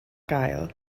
gael